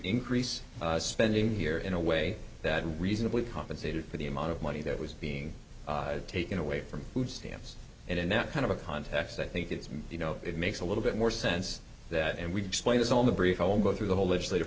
increase spending here in a way that reasonably compensated for the amount of money that was being taken away from food stamps and in that kind of a context i think it's you know it makes a little bit more sense that and we display this on the bridge i will go through the whole legislat